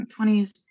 20s